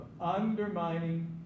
undermining